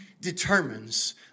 determines